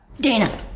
Dana